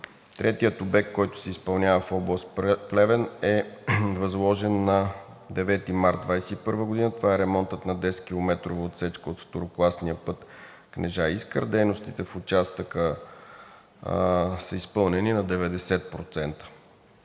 Третият обект, който се изпълнява в област Плевен, е възложен на 9 март 2021 г. Това е ремонтът на 10-километрова отсечка от второкласния път Кнежа – Искър. Дейностите в участъка са изпълнени 90%.